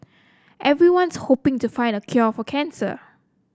everyone's hoping to find the cure for cancer